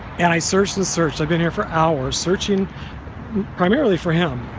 and i searched and searched. i've been here for hours searching primarily for him